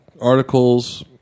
articles